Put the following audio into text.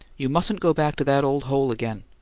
you mustn't go back to that old hole again.